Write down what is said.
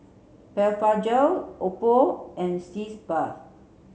Blephagel Oppo and Sitz bath